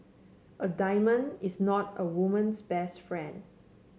a diamond is not a woman's best friend